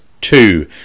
two